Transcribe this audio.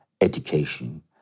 education